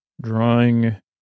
Drawing